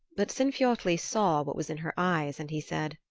but sinfiotli saw what was in her eyes and he said,